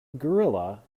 gorilla